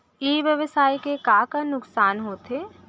ई व्यवसाय के का का नुक़सान होथे?